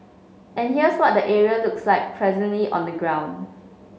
and here's what the area looks like presently on the ground